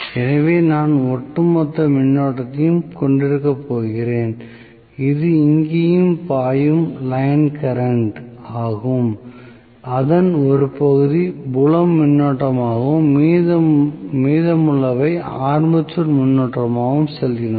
எனவே நான் ஒட்டுமொத்த மின்னோட்டத்தைக் கொண்டிருக்கப் போகிறேன்இது இங்கே பாயும் லைன் கரண்ட் ஆகும் அதன் ஒரு பகுதி புலம் மின்னோட்டமாகவும் மீதமுள்ளவை ஆர்மேச்சர் மின்னோட்டமாகவும் செல்கின்றன